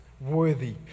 worthy